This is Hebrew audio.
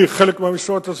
אני, חלק מהמשמעת הצבאית,